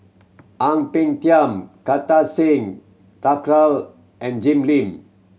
Ang Peng Tiam Kartar Singh Thakral and Jim Lim